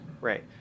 Right